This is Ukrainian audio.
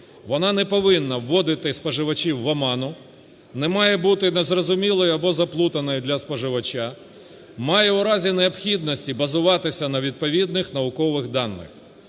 вона не повинна вводити споживачів в оману, не має бути незрозумілою або заплутаною для споживача, має у разі необхідності базуватися на відповідних наукових даних.